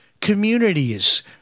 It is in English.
communities